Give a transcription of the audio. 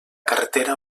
carretera